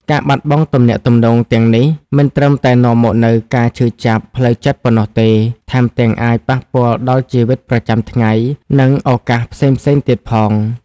ការបាត់បង់ទំនាក់ទំនងទាំងនេះ មិនត្រឹមតែនាំមកនូវការឈឺចាប់ផ្លូវចិត្តប៉ុណ្ណោះទេ ថែមទាំងអាចប៉ះពាល់ដល់ជីវិតប្រចាំថ្ងៃ និងឱកាសផ្សេងៗទៀតផង។